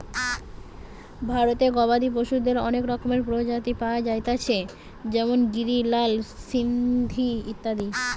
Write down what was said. ভারতে গবাদি পশুদের অনেক রকমের প্রজাতি পায়া যাইতেছে যেমন গিরি, লাল সিন্ধি ইত্যাদি